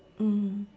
mm